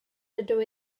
dydw